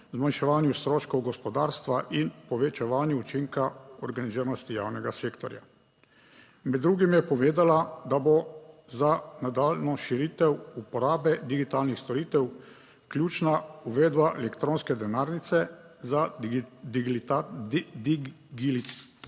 zmanjševanju stroškov gospodarstva in povečevanju učinka organiziranosti javnega sektorja. Med drugim je povedala, da bo za nadaljnjo širitev uporabe digitalnih storitev ključna uvedba elektronske denarnice za digitalno